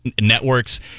networks